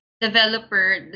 Developer